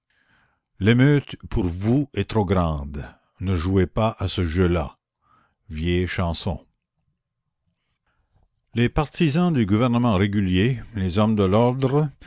l'émeute pour vous est trop grande ne jouez pas à ce jeu-là vieille chanson les partisans du gouvernement régulier les hommes de l'ordre